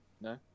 No